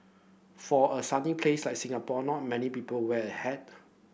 for a sunny place like Singapore not many people wear a hat